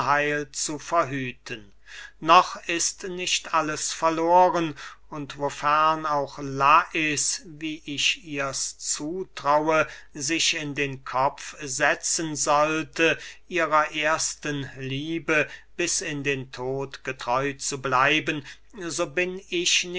zu verhüten noch ist nicht alles verloren und wofern auch lais wie ich ihr's zutraue sich in den kopf setzen sollte ihrer ersten liebe bis in den tod getreu zu bleiben so bin ich